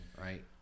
Right